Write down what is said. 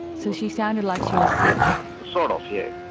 so she sounded like she was sick? sort of, yeah,